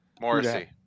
morrissey